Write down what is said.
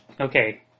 Okay